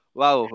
wow